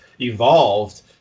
evolved